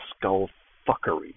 skull-fuckery